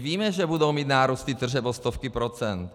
Víme, že budou mít nárůsty tržeb o stovky procent.